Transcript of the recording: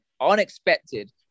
unexpected